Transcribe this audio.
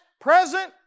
present